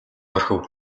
орхив